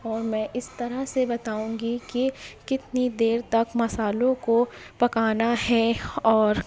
اور میں اس طرح سے بتاؤں گی کہ کتنی دیر تک مسالوں کو پکانا ہے اور